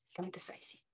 fantasizing